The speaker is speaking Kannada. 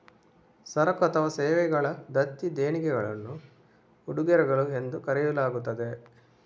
ಸರಕು ಅಥವಾ ಸೇವೆಗಳ ದತ್ತಿ ದೇಣಿಗೆಗಳನ್ನು ಉಡುಗೊರೆಗಳು ಎಂದು ಕರೆಯಲಾಗುತ್ತದೆ